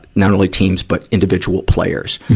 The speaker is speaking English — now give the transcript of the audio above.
not only teams but individual players.